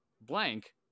blank